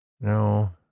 No